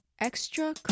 Extra